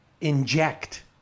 inject